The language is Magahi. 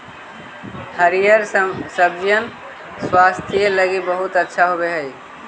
हरिअर सब्जिअन स्वास्थ्य लागी बहुत अच्छा होब हई